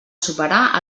superar